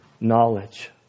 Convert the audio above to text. knowledge